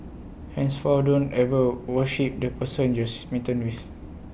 henceforth don't ever worship the person you smitten with